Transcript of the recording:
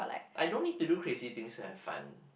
I don't need to do crazy things to have fun